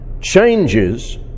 Changes